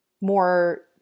more